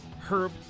Herb